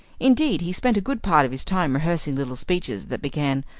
indeed, he spent a good part of his time rehearsing little speeches that began,